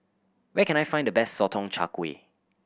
where can I find the best Sotong Char Kway